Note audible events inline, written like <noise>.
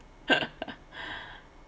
<laughs>